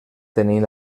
tenint